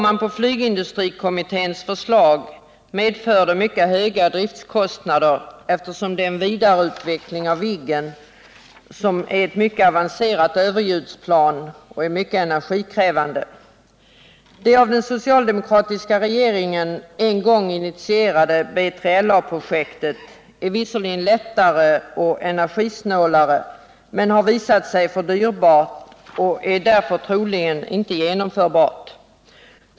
Flygindustrikommitténs förslag medför mycket höga driftkostnader, eftersom en vidareutveckling av Viggen, som är ett mycket avancerat överljudsplan och mycket energikrävande, blir synnerligen dyrbar. Det av den socialdemokratiska regeringen en gång initierade B3LA projektet — som visserligen är ett lättare och energisnålare flygplan än Viggen men som har visat sig alltför dyrbart — är därför troligen inte genomförbart.